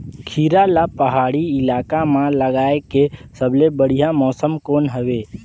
खीरा ला पहाड़ी इलाका मां लगाय के सबले बढ़िया मौसम कोन हवे?